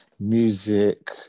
Music